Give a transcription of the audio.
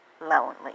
lonely